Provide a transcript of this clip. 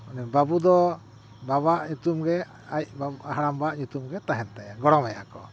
ᱚᱱᱮ ᱵᱟᱹᱵᱩ ᱫᱚ ᱵᱟᱵᱟᱣᱟᱜ ᱧᱩᱛᱩᱢ ᱜᱮ ᱟᱡ ᱵᱟᱵᱟ ᱦᱟᱲᱟᱢᱵᱟᱣᱟᱜ ᱧᱩᱛᱩᱢ ᱜᱮ ᱛᱟᱦᱮᱱ ᱛᱟᱭᱟ ᱜᱚᱲᱚᱢᱟᱭᱟ ᱠᱚ